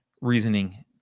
reasoning